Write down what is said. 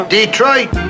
Detroit